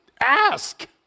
ask